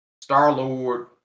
Star-Lord